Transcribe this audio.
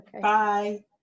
Bye